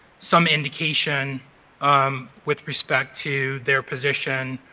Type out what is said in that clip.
some indication um with respect to their position,